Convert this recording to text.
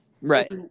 right